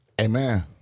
Amen